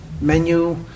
menu